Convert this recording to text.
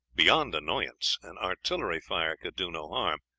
beyond annoyance, an artillery fire could do no harm,